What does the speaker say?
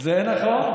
זה נכון,